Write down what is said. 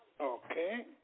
Okay